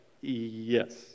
yes